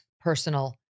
personal